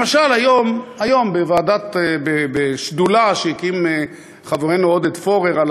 למשל, היום, בשדולה שהקים חברנו עודד פורר על